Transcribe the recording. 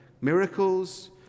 Miracles